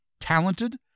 talented